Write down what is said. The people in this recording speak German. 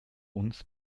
uns